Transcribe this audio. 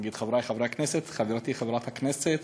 חברי חברי הכנסת חברתי חברת הכנסת,